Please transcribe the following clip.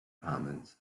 departments